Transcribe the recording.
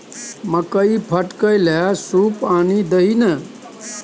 मकई फटकै लए सूप आनि दही ने